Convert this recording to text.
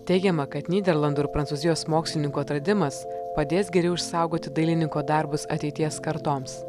teigiama kad nyderlandų ir prancūzijos mokslininkų atradimas padės geriau išsaugoti dailininko darbus ateities kartoms